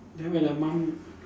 then when the mum